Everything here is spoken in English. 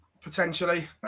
potentially